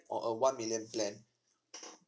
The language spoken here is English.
or a one million plan